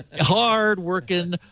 hard-working